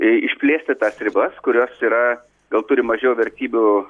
e išplėsti tas ribas kurios yra gal turi mažiau vertybių